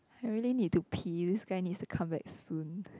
I really need to pee guys need to come back soon